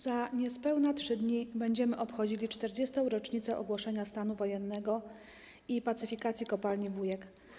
Za niespełna 3 dni będziemy obchodzili 40. rocznicę ogłoszenia stanu wojennego i pacyfikacji kopalni Wujek.